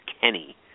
Kenny